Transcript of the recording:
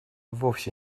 вовсе